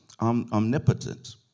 omnipotent